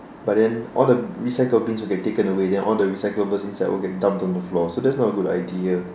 but then all the recycle bin will get taken away then all the recyclables inside will get dumped on the floor so that's not a good idea